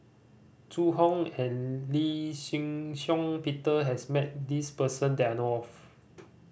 Zhu Hong and Lee Shih Shiong Peter has met this person that I know of